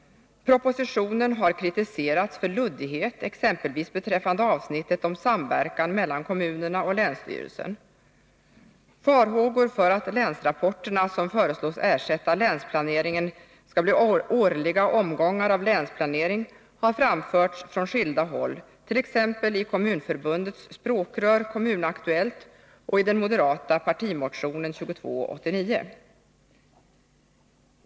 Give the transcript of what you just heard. Propositionen har kritiserats för sin ”luddighet”, exempelvis beträffande avsnittet om samverkan mellan kommunerna och länsstyrelsen. Farhågor för att länsrapporterna, som förslås ersätta länsplaneringen, skall bli årliga omgångar av länsplanering har framförts från skilda håll, t.ex. i Kommunförbundets språkrör Kommun Aktuellt och i den moderata partimotionen 2289.